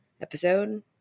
episode